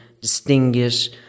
distinguish